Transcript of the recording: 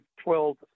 twelve